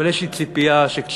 אבל יש לי ציפייה שהיום,